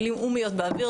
מילים או"מיות באוויר,